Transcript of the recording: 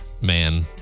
man